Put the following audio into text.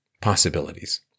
possibilities